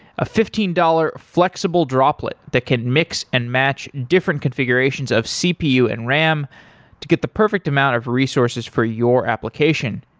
a fifteen dollars flexible droplet that can mix and match different configurations of cpu and ram to get the perfect amount of resources for your application.